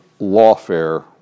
lawfare